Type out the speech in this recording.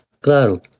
Claro